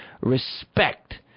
respect